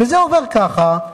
וזה עובר ככה,